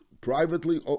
privately